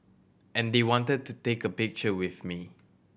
and they wanted to take a picture with me